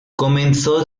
comenzó